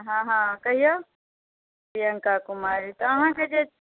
हँ हँ कहिऔ प्रियङ्का कुमारी तऽ अहाँकेँ जे